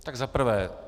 Tak za prvé.